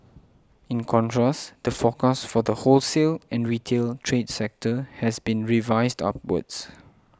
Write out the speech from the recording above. in contrast the forecast for the wholesale and retail trade sector has been revised upwards